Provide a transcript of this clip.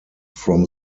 from